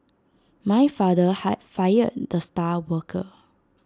my father hi fired the star worker